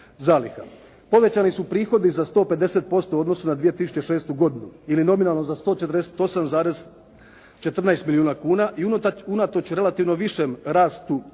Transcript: Povećani su prihodi za 150% u odnosu na 2006. godinu ili nominalno za 148,14 milijuna kuna i unatoč relativno višem rastu